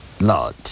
Lord